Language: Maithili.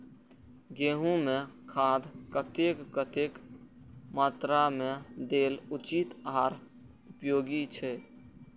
गेंहू में खाद कतेक कतेक मात्रा में देल उचित आर उपयोगी छै?